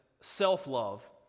self-love